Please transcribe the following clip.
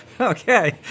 Okay